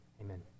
Amen